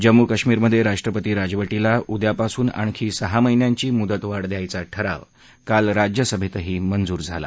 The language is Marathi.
जम्मू कश्मीरमधे राष्ट्रपती राजवटीला उद्यापासून आणखी सहा महिन्यांची मुदतवाढ द्यायचा ठराव काल राज्यसभेतही मंजूर झाला